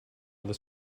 this